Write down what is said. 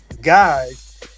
guys